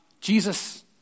Jesus